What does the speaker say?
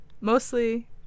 Mostly